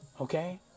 Okay